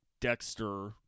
Dexter